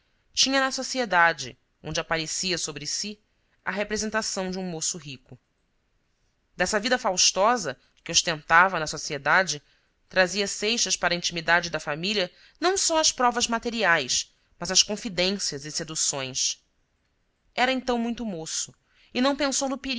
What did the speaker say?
tinha na sociedade onde aparecia sobre si a representação de um moço rico dessa vida faustosa